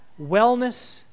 wellness